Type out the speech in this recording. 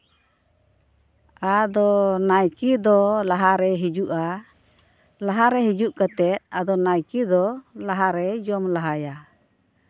ᱟᱫᱚ ᱱᱟᱭᱠᱮ ᱫᱚ ᱞᱟᱦᱟ ᱨᱮᱭ ᱦᱤᱡᱩᱜᱼᱟ ᱞᱟᱦᱟ ᱨᱮ ᱦᱤᱡᱩᱜ ᱠᱟᱛᱮ ᱟᱫᱚ ᱱᱟᱭᱠᱮ ᱫᱚ ᱞᱟᱦᱟ ᱨᱮᱭ ᱡᱚᱢ ᱞᱟᱦᱟᱭᱟ